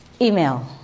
email